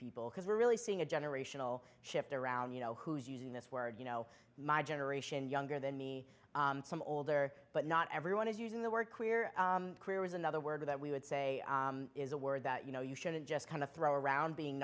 people because we're really seeing a generational shift around you know who's using this word you know my generation younger than me some older but not everyone is using the word queer career was another word that we would say is a word that you know you shouldn't just kind of throw around being